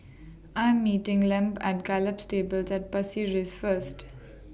I Am meeting Lem At Gallop Stables At Pasir Ris First